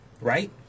right